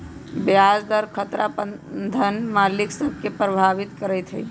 ब्याज दर खतरा बन्धन मालिक सभ के प्रभावित करइत हइ